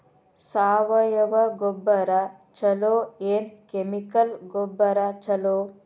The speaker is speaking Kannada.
ಸಾವಯವ ಗೊಬ್ಬರ ಛಲೋ ಏನ್ ಕೆಮಿಕಲ್ ಗೊಬ್ಬರ ಛಲೋ?